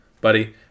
buddy